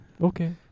Okay